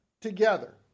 together